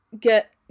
Get